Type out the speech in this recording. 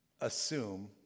assume